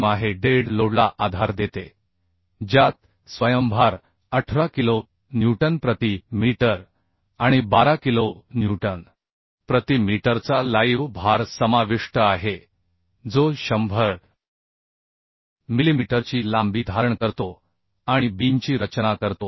5 metre dead लोडला आधार देते ज्यात स्वयंभार 18 किलो न्यूटन प्रति मीटर आणि 12 किलो न्यूटन प्रति मीटरचा लाईव भार समाविष्ट आहे जो 100 मिलिमीटरची लांबी धारण करतो आणि बीमची रचना करतो